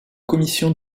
commission